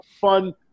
fun